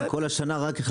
כל השנה רק איך